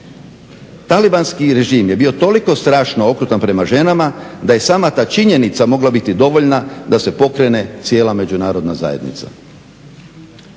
Talibanski režim je bio toliko strašno okrutan prema ženama da je sama ta činjenica mogla biti dovoljna da se pokrene cijela Međunarodna zajednica.